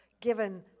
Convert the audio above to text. given